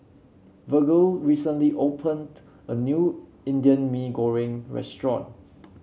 Virgle recently opened a new Indian Mee Goreng Restaurant